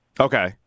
Okay